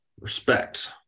Respect